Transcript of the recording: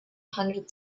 hundred